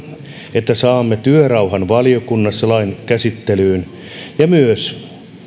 että saamme valiokunnassa työrauhan lain käsittelyyn ja toivon myös